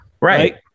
Right